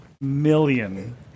million